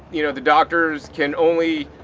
you know, the doctors can only,